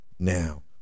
now